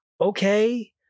okay